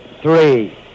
three